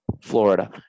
Florida